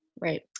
Right